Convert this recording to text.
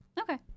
Okay